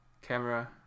camera